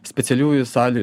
specialiųjų sąly